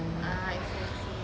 ah I see I see